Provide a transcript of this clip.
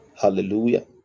Hallelujah